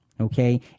okay